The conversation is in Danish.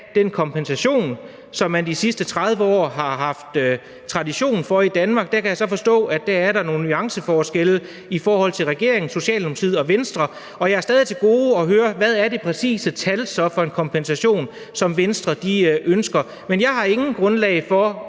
den kompensation, som man de sidste 30 år har haft tradition for i Danmark. Der kan jeg så forstå, at der er nogle nuanceforskelle imellem regeringen og Socialdemokratiet og så Venstre, og jeg har stadig til gode at høre, hvad der så er det præcise tal for en kompensation, som Venstre ønsker. Men jeg har intet grundlag for